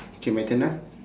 okay my turn ah